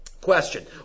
Question